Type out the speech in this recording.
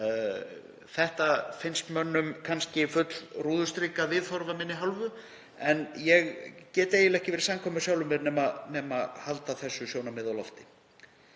Þetta finnst mönnum kannski full rúðustrikað viðhorf af minni hálfu en ég get eiginlega ekki verið samkvæmur sjálfum mér nema halda þessu sjónarmiði á lofti.